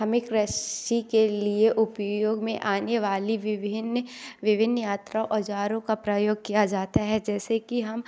हमें कृषि के लिए उपयोग में आने वाली विभिन्न विभिन्न यात्रा औजारों का प्रयोग किया जाता है जैसे कि हम